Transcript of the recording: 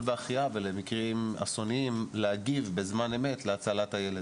בהחייאה ובמקרים אסוניים להגיב בזמן אמת להצלת הילד.